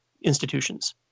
institutions